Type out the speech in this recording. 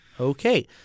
Okay